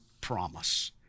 promise